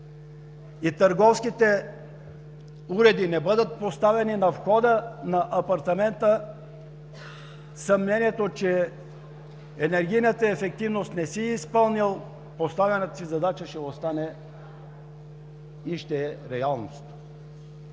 и търговските уреди не бъдат поставени на входа на апартамента, съмнението, че енергийната ефективност не е изпълнила поставената си задача, ще остане и ще е реалност.